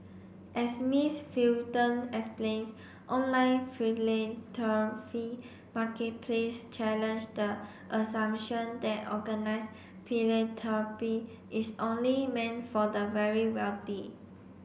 as Miss Fulton explains online philanthropy marketplace challenge the assumption that organised philanthropy is only meant for the very wealthy